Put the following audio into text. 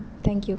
thank you